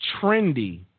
trendy